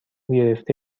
گرفته